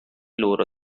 loro